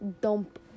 dump